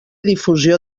difusió